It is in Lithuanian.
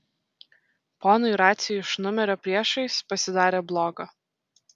ponui raciui iš numerio priešais pasidarė bloga